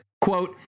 quote